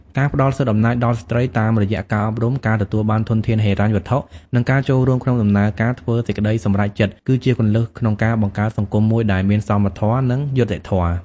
ការផ្តល់សិទ្ធិអំណាចដល់ស្ត្រីតាមរយៈការអប់រំ ការទទួលបានធនធានហិរញ្ញវត្ថុ និងការចូលរួមក្នុងដំណើរការធ្វើសេចក្តីសម្រេចចិត្ត គឺជាគន្លឹះក្នុងការបង្កើតសង្គមមួយដែលមានសមធម៌ និងយុត្តិធម៌។